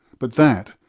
but that,